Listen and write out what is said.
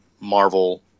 Marvel